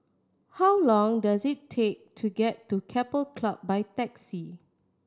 how long does it take to get to Keppel Club by taxi